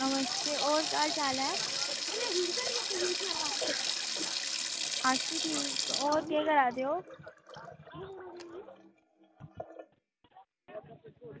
नमस्त होर केह् हाल चाल ऐ अस बी ठीक होर केह् करा दे ओ